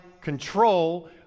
control